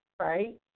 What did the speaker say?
right